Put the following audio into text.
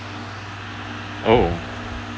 oh